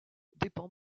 dépend